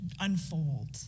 unfold